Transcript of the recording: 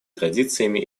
традициями